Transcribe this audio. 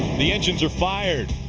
the engines are fired.